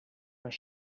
però